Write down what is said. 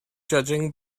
judging